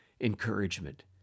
Encouragement